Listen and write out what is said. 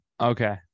Okay